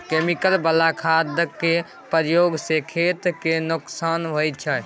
chemical बला खादक प्रयोग सँ खेत केँ नोकसान होइ छै